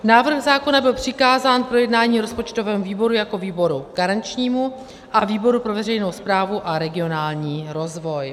Návrh zákona byl přikázán k projednání rozpočtovému výboru jako výboru garančnímu a výboru pro veřejnou správu a regionální rozvoj.